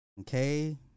Okay